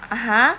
(uh huh)